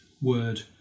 word